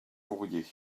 fourrier